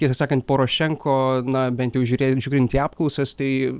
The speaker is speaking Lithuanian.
tiesą sakant porošenko na bent jau žiūrėjo žiūrint į apklausas tai